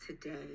today